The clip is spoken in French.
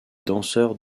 danseurs